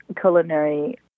culinary